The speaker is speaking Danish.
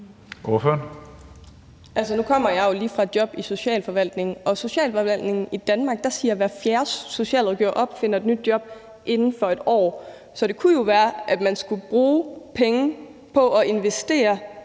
nu kommer jeg jo lige fra et job i socialforvaltningen, og i socialforvaltningen i Danmark siger hver fjerde socialrådgiver op og finder et nyt job inden for et år. Så det kunne jo være, at man skulle bruge penge på at investere